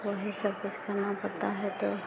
वही सब कुछ करना पड़ता है तो